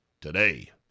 today